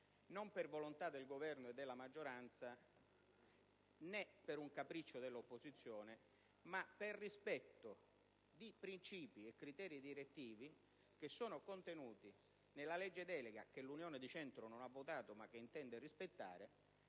non per volontà del Governo e della maggioranza, né per un capriccio dell'opposizione, ma per rispetto di principi e criteri direttivi contenuti nella legge delega, che l'Unione di Centro non ha votato ma che intende rispettare,